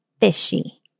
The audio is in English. fishy